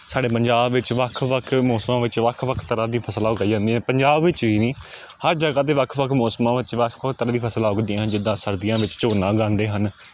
ਸਾਡੇ ਪੰਜਾਬ ਵਿੱਚ ਵੱਖ ਵੱਖ ਮੌਸਮਾਂ ਵਿੱਚ ਵੱਖ ਵੱਖ ਤਰ੍ਹਾਂ ਦੀਆਂ ਫਸਲਾਂ ਉਗਾਈ ਜਾਂਦੀਆ ਪੰਜਾਬ ਵਿੱਚ ਵੀ ਨਹੀਂ ਹਰ ਜਗ੍ਹਾ 'ਤੇ ਵੱਖ ਵੱਖ ਮੌਸਮਾਂ ਵਿੱਚ ਵੱਖ ਵੱਖ ਤਰ੍ਹਾਂ ਦੀ ਫਸਲਾਂ ਉੱਗਦੀਆਂ ਹਨ ਜਿੱਦਾਂ ਸਰਦੀਆਂ ਵਿੱਚ ਝੋਨਾ ਉਗਾਉਂਦੇ ਹਨ